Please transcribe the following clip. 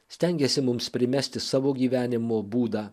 stengiasi mums primesti savo gyvenimo būdą